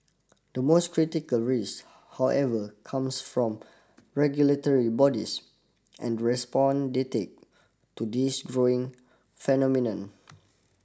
the most critical risk however comes from regulatory bodies and respond they take to this growing phenomenon